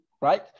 right